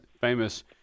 famous